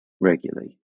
regularly